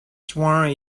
sworn